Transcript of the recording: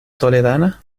toledana